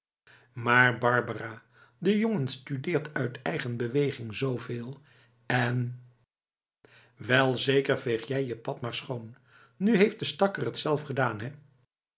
maar barbara de jongen studeert uit eigen beweging zooveel en wel zeker veeg jij je pad maar schoon nu heeft de stakker t zelf gedaan hé